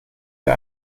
wir